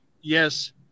yes